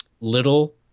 Little